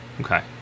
Okay